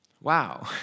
Wow